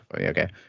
Okay